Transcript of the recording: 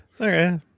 okay